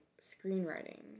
screenwriting